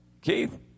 Keith